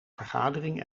vergadering